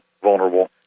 vulnerable